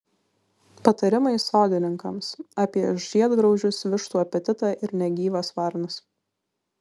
patarimai sodininkams apie žiedgraužius vištų apetitą ir negyvas varnas